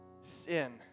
sin